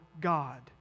God